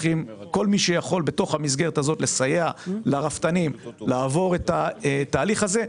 כל מי שיכול בתוך המסגרת הזאת לסייע לרפתנים לעבור את התהליך הזה.